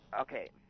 Okay